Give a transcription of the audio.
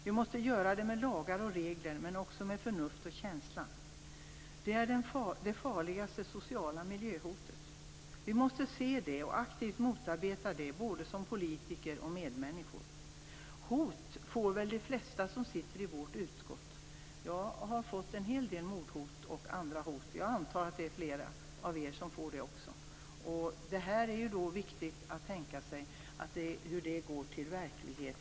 Vi måste göra det med lagar och regler men också med förnuft och känsla. Det gäller här det farligaste sociala miljöhotet. Vi måste se det och aktivt motarbeta det både som politiker och som medmänniskor. Hot får väl de flesta som sitter i vårt utskott. Jag har fått en hel del mordhot och andra hot, och jag antar att flera av ledamöterna får det. Det är viktigt att tänka på att det kan gå till verklighet.